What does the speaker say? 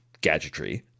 gadgetry